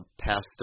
passed